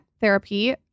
therapy